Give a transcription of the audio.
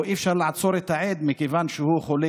או אי-אפשר לחקור את העד מכיוון שהוא חולה